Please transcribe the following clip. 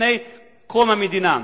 לפני קום המדינה,